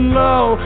low